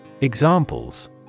Examples